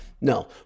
no